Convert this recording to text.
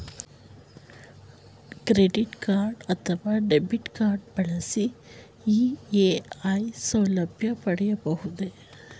Credit card ಅಥವಾ debit card ಬಳಸಿ EMI ಸೌಲಭ್ಯ ಪಡೆಯಬಹುದೇ?